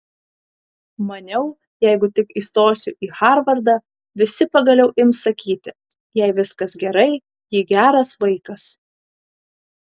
maniau jeigu tik įstosiu į harvardą visi pagaliau ims sakyti jai viskas gerai ji geras vaikas